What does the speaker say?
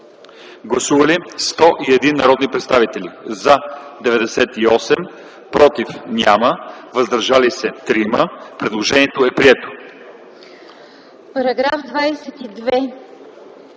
Гласували 101 народни представители: за 98, против няма, въздържали се 3. Предложението е прието.